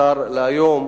השר היום,